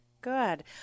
Good